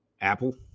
Apple